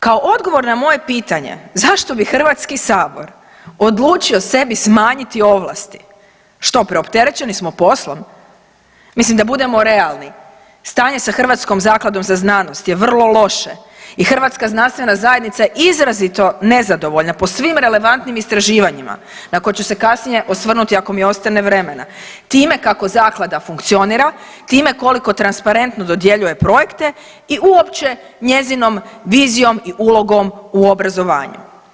Kao odgovor na moje pitanje zašto bi Hrvatski sabor odlučio sebi smanjiti ovlasti, što preopterećeni smo poslom, mislim da budemo realni stanje sa Hrvatskom zakladom za znanost je vrlo loše i hrvatska znanstvena je izrazito nezadovoljna po svim relevantnim istraživanjima na koje ću se kasnije osvrnuti ako mi ostane vremena, time kako zaklada funkcionira, time koliko transparentno dodjeljuje projekte i uopće njezinom vizijom i ulogom u obrazovanju.